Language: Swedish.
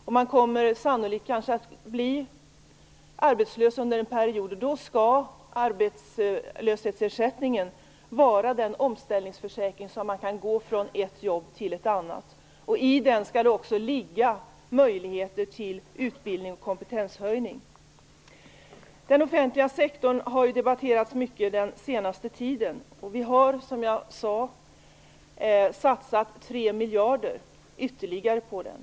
Sannolikt kommer man kanske att bli arbetslös under en period, och då skall arbetslöshetsersättningen vara en omställningsförsäkring så att man kan gå från ett jobb till ett annat. I den skall också ligga möjligheter till utbildning och kompetenshöjning. Den offentliga sektorn har debatterats mycket den senaste tiden. Som jag sade har det satsats tre miljarder kronor ytterligare på den.